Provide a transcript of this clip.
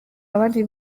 abandi